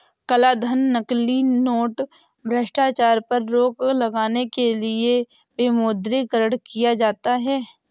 कालाधन, नकली नोट, भ्रष्टाचार पर रोक लगाने के लिए विमुद्रीकरण किया जाता है